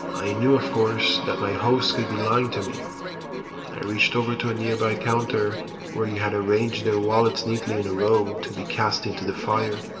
i knew of course that my host could be lying to me. i reached over to a nearby counter where he had arranged their wallets neatly in a row to be cast into the fire.